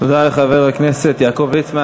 תודה לחבר הכנסת יעקב ליצמן.